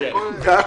החוק?